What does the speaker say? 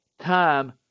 time